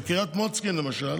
בקריית מוצקין, למשל,